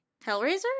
Hellraiser